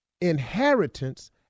inheritance